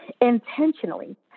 intentionally